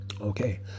Okay